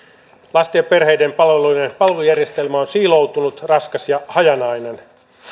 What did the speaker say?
lasten ja perheiden palveluiden palvelujärjestelmä on siiloutunut raskas ja hajanainen